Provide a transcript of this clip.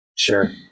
sure